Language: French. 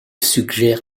suggère